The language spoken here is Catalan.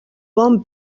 bon